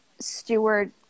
steward